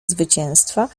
zwycięstwa